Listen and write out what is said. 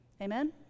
Amen